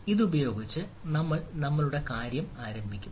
ഇതുപയോഗിച്ച് നമ്മൾ നമ്മളുടെ കാര്യം ആരംഭിക്കും